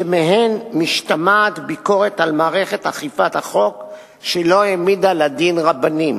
שמהן משתמעת ביקורת על מערכת אכיפת החוק שלא העמידה לדין רבנים.